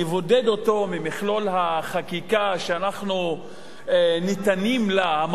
נבודד אותו ממכלול החקיקה שאנחנו נתונים בה,